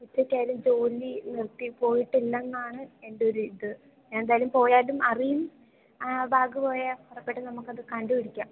ഉച്ചയ്ക്കായാലും ജോലി നിർത്തി പോയിട്ടില്ലെന്നാണ് എൻ്റെ ഒരു ഇത് എന്തായാലും പോയാലും അറിയും ആ ബാഗ് പോയാൽ ഉറപ്പായിട്ടും നമുക്കത് കണ്ടു പിടിക്കാം